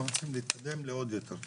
אנחנו צריכים להתקדם לעוד יותר טוב.